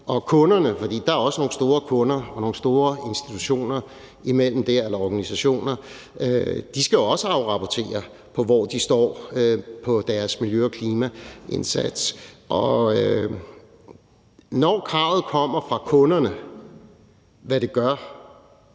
derimellem også nogle store kunder, nogle store institutioner eller organisationer, som skal afrapportere, med hensyn til hvor de står i deres miljø- og klimaindsats. Og når kravet kommer fra kunderne – hvad det gør